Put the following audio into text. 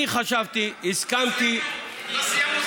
אני חשבתי, הסכמתי, לא סיימנו את הדיון.